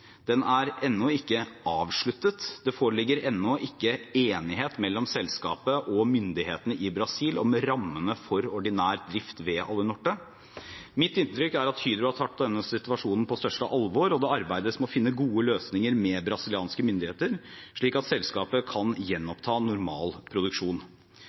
ennå ikke er avsluttet. Det foreligger ennå ikke enighet mellom selskapet og myndighetene i Brasil om rammene for ordinær drift ved Alunorte. Mitt inntrykk er at Hydro har tatt denne situasjonen på største alvor, og det arbeides med å finne gode løsninger med brasilianske myndigheter, slik at selskapet kan gjenoppta normal produksjon.